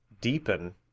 deepen